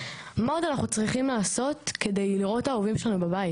מה עוד אנחנו צריכים לעשות כדי לראות את ההורים שלנו בבית.